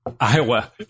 Iowa